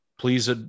please